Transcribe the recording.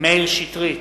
מאיר שטרית,